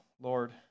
Lord